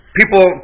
people